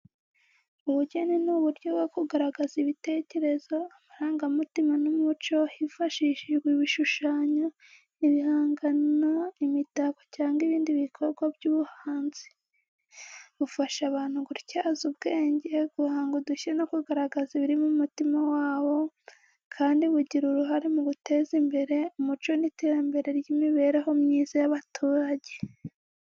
Ubugeni ni uburyo bwo kugaragaza ibitekerezo, amarangamutima n’umuco hifashishijwe ibishushanyo, ibihangano, imitako cyangwa ibindi bikorwa by’ubuhanzi. Bufasha abantu gutyaza ubwenge, guhanga udushya no kugaragaza ibiri mu mutima wabo, kandi bugira uruhare mu guteza imbere umuco n’iterambere ry’imibereho myiza y’abaturage.